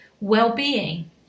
well-being